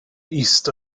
east